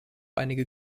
einige